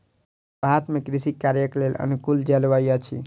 भारत में कृषि कार्यक लेल अनुकूल जलवायु अछि